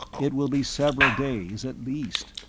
it will be several days, at least.